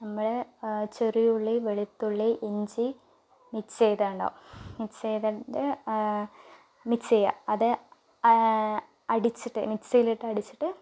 നമ്മള് ചെറിയുള്ളി വെളുത്തുള്ളി ഇഞ്ചി മിക്സ് ചെയ്ത ഉണ്ടാവും മിക്സ് ചെയ്തിട്ട് മിക്സ് ചെയ്യുക അത് അടിച്ചിട്ട് മിക്സിയിലിട്ട് അടിച്ചിട്ട്